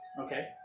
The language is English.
Okay